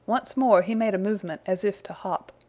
once more he made a movement as if to hop.